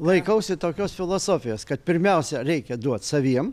laikausi tokios filosofijos kad pirmiausia reikia duot saviem